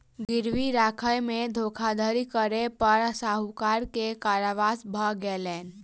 गिरवी राखय में धोखाधड़ी करै पर साहूकार के कारावास भ गेलैन